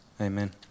Amen